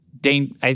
Dane –